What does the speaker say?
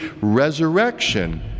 resurrection